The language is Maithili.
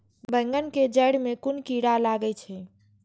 बेंगन के जेड़ में कुन कीरा लागे छै?